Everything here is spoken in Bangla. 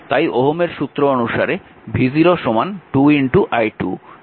তাই ওহমের সূত্র অনুসারে v0 2 i2